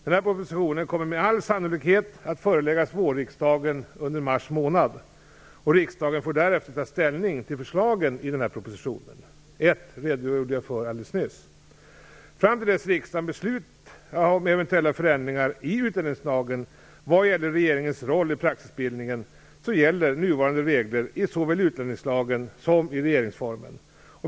Denna proposition kommer med all sannolikhet att föreläggas vårriksdagen under mars månad. Riksdagen får därefter ta ställning till förslagen i propositionen. Ett redogjorde jag för alldeles nyss. Fram till dess riksdagen beslutat om eventuella förändringar i utlänningslagen vad gäller regeringens roll i praxisbildningen gäller nuvarande regler i såväl utlänningslagen som regeringsformen.